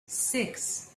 six